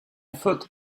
foot